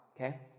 Okay